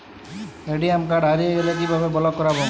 ATM card হারিয়ে গেলে কিভাবে ব্লক করবো?